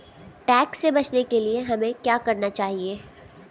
Tax से बचने के लिए हमें क्या करना चाहिए?